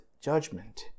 judgment